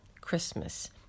Christmas